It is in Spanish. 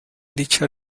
dicha